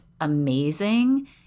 amazing